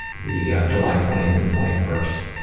the july twentieth and twenty first,